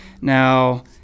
Now